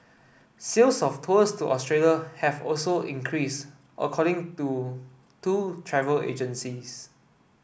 sales of tours to Australia have also increased according to two travel agencies